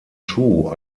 schuh